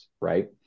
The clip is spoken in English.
right